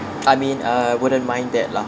I mean uh wouldn't mind that lah